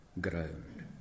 ground